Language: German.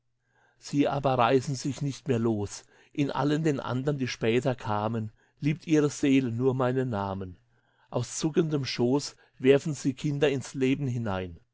sie aber reißen sich nicht mehr los in allen den andern die später kamen liebt ihre seele nur meinen namen aus zuckendem schoß werfen sie kinder ins leben hinein